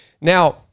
now